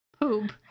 poop